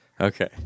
Okay